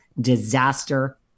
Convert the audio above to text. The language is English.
disaster